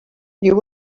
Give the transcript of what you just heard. you